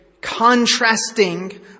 contrasting